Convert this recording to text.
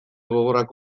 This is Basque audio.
gogorrak